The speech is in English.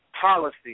policy